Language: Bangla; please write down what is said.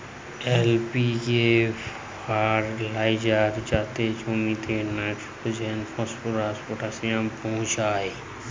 এল.পি.কে ফার্টিলাইজার যাতে জমিতে লাইট্রোজেল, ফসফরাস, পটাশিয়াম পৌঁছায়